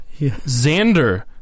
Xander